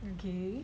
okay